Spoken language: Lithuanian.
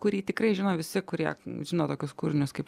kurį tikrai žino visi kurie žino tokius kūrinius kaip